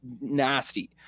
nasty